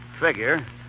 figure